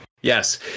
Yes